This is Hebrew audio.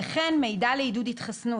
וכן מידע לעידוד התחסנות